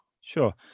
sure